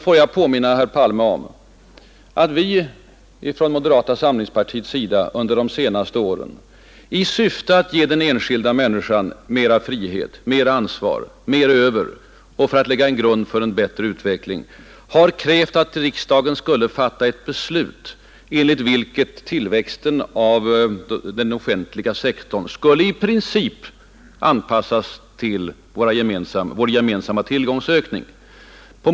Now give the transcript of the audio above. Får jag påminna herr Palme om att vi från moderata samlingspartiets sida under de senaste åren, i syfte att ge den enskilda människan mera frihet, mera ansvar, mer pengar över och för att lägga en grund för en bättre utveckling, har krävt att riksdagen skulle fatta beslut enligt vilka tillväxten av den offentliga sektorn i princip skulle anpassas till vår gemensamma tillgångsökning.